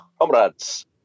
Comrades